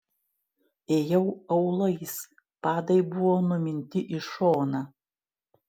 ėjau aulais padai buvo numinti į šoną